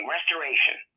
Restoration